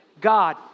God